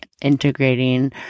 integrating